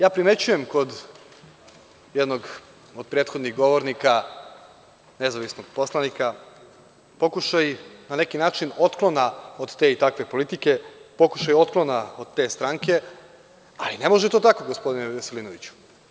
Ja primećujem kod jednog od prethodnih govornika, nezavisnog poslanika, pokušaj otklona od te i takve politike, pokušaj otklona od te stranke, ali ne može to tako, gospodine Veselinoviću.